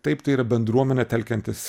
taip tai yra bendruomenę telkiantis